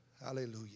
Hallelujah